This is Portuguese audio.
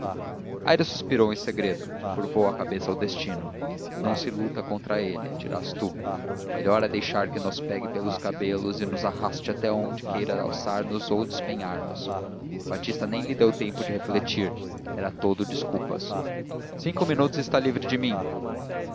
conselheiro aires suspirou em segredo e curvou a cabeça ao destino não se luta contra ele dirás tu o melhor é deixar que nos pegue pelos cabelos e nos arraste até onde queira alçar nos ou despenhar nos batista nem lhe deu tempo de refletir era todo desculpas cinco minutos e está livre de mim